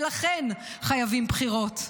ולכן חייבים בחירות.